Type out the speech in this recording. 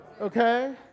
Okay